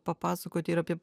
papasakot ir apie